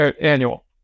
annual